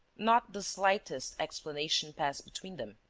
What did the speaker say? not the slightest explanation passed between them.